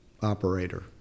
operator